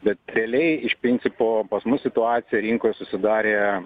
bet realiai iš principo pas mus situacija rinkoje susidarė